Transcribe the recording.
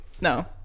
no